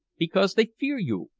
because they fear you,